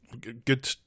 Good